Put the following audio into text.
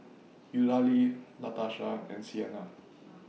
Eulalie Latasha and Siena